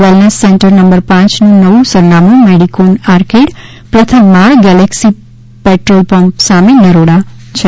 wellness centre number પાંચનું નવું સરનામું મેડીકોન આર્કેડ પ્રથમ માળ ગેલેક્ષી પેટ્રોલ પમ્પ સામે નરોડા છે